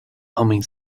humming